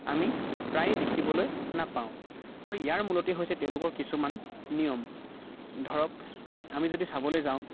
আমি প্ৰায়ে দেখিবলৈ নাপাওঁ আৰু ইয়াৰ মূলতেই হৈছে তেওঁলোকৰ কিছুমান নিয়ম ধৰক আমি যদি চাবলৈ যাওঁ